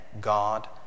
God